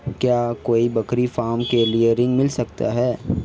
क्या कोई बकरी फार्म के लिए ऋण मिल सकता है?